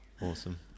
Awesome